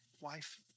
wife